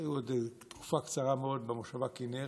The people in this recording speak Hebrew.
היו עוד תקופה קצרה מאוד במושבה כינרת,